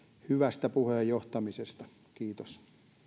hyvästä puheenjohtamisesta kiitos